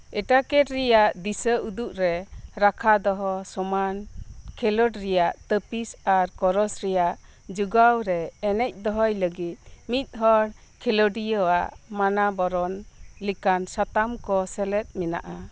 ᱮᱴᱟᱠᱮᱴ ᱨᱮᱭᱟᱜ ᱫᱤᱥᱟᱹ ᱩᱫᱩᱜ ᱨᱮ ᱨᱟᱠᱷᱟ ᱫᱚᱦᱚ ᱥᱚᱢᱟᱱ ᱠᱷᱮᱞᱳᱰ ᱨᱮᱭᱟᱜ ᱛᱟᱹᱯᱤᱥ ᱟᱨ ᱠᱳᱨᱚᱥ ᱨᱮᱭᱟᱜ ᱡᱚᱜᱟᱣ ᱨᱮ ᱮᱱᱮᱡ ᱫᱚᱦᱚᱭ ᱞᱟᱹᱜᱤᱜ ᱢᱤᱫ ᱦᱚᱲ ᱠᱷᱮᱞᱳᱰᱤᱭᱟᱹᱣᱟᱜ ᱢᱟᱱᱟᱵᱟᱨᱚᱱ ᱞᱮᱠᱟᱱ ᱥᱟᱛᱟᱢ ᱠᱚ ᱥᱮᱞᱮᱫ ᱢᱮᱱᱟᱜᱼᱟ